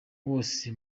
wose